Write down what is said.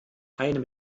einem